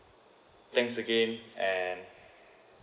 thanks again and